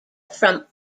from